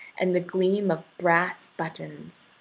and the gleam of brass buttons.